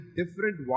different